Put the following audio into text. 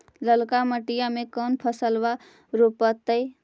ललका मटीया मे कोन फलबा रोपयतय?